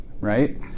right